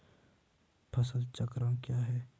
फसल चक्रण क्या है?